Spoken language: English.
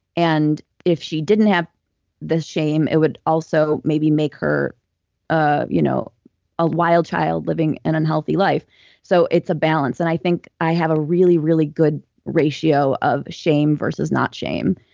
and if she didn't have the shame it would also maybe make her ah you know a wild child living an unhealthy life so it's a balance. and i think i have a really, really good ratio of shame versus not shame.